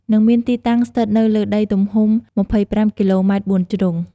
និងមានទីតាំងស្ថិតនៅលើដីទំហំ ២៥គីឡូម៉ែត្របួនជ្រុង។